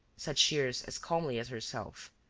said shears, as calmly as herself.